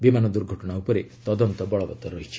ବିମାନ ଦୁର୍ଘଟଣା ଉପରେ ତଦନ୍ତ ବଳବତ୍ତର ରହିଛି